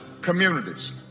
communities